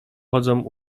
chodzą